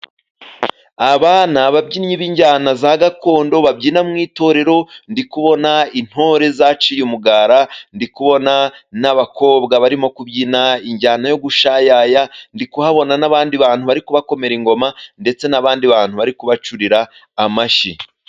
Aba n'ababyinnyi b'injyana za gakondo babyina mu itorero ndi kubona intore zaciye umugara ndi kubona n'abakobwa barimo kubyina injyana yo gushayaya ndi kuhabona n'abandi bantu bari kubakomera ingoma ndetse n'abandi bantu bari kubacurira amashyi.